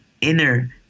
inner